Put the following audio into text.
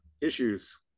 issues